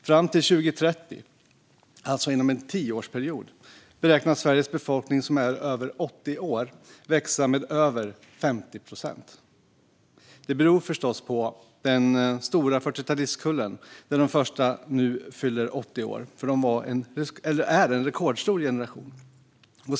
Fram till 2030, alltså inom en tioårsperiod, beräknas Sveriges befolkning som är över 80 år växa med över 50 procent. Det beror förstås på att den 40-talistkull där de första nu fyller 80 år är en rekordstor generation.